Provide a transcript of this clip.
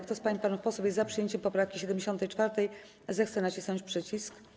Kto z pań i panów posłów jest za przyjęciem poprawki 74., zechce nacisnąć przycisk.